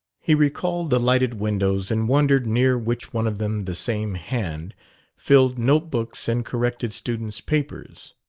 he recalled the lighted windows and wondered near which one of them the same hand filled note-books and corrected students' papers.